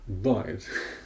Right